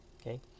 okay